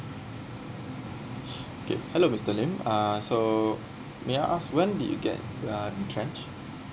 K hello mister lim uh so may I ask when did you get retrench